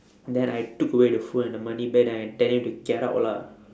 then I took away the food and the money back and I tell him to get out lah